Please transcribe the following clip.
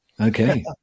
Okay